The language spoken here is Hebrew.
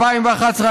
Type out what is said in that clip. שב-2011,